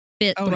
fit